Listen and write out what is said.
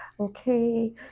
Okay